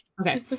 okay